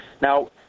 Now